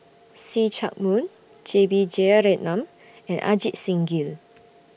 See Chak Mun J B Jeyaretnam and Ajit Singh Gill